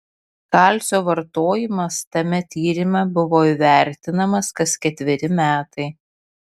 kalcio vartojimas tame tyrime buvo įvertinamas kas ketveri metai